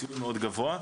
ציון גבוה מאוד,